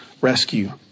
rescue